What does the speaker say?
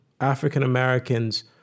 African-Americans